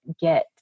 get